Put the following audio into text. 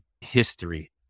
history